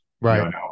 Right